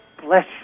bless